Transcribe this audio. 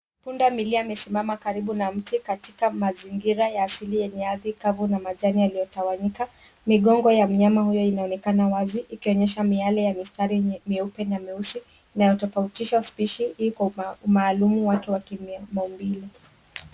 Punda milia amesimama karibu na miti katika mazingira ya asili yenye ardhi kavu na majani yaliyotawanyika, migongo ya mnyama huyo inaonekana wazi ikionyesha miale ya mistari nyingi meupe na meusi inayotofautisha spishi hii kwa umaalumu wake wa kimaumbile.